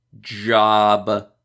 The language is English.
job